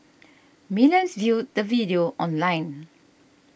millions viewed the video online